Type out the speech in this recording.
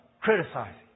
criticizing